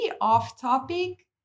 off-topic